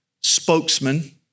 spokesman